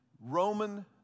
Roman